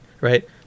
right